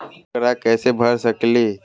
ऊकरा कैसे भर सकीले?